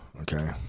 okay